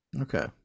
Okay